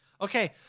Okay